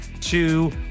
two